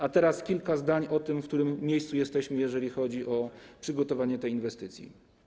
A teraz kilka zdań o tym, w którym miejscu jesteśmy, jeżeli chodzi o przygotowanie tej inwestycji.